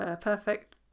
perfect